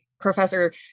professor